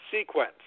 sequence